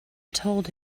told